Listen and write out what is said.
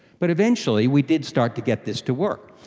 but eventually we did start to get this to work.